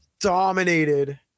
dominated